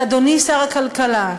אדוני שר הכלכלה,